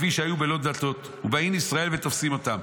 לפי שהיו בלא דלתות, ובאין ישראל ותופסין אותן